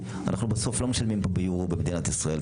- אנחנו לא משלמים ביורו במדינת ישראל.